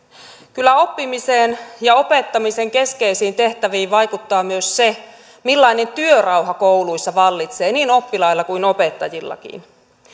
kyllä oppimiseen ja opettamisen keskeisiin tehtäviin vaikuttaa myös se millainen työrauha kouluissa vallitsee niin oppilailla kuin opettajillakin